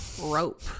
rope